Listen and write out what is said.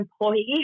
employee